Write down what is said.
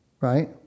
Right